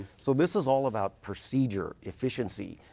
so this is all about procedure, efficiency,